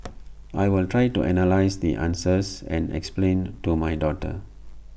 I will try to analyse the answers and explain to my daughter